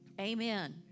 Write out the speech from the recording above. amen